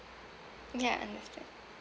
ya understand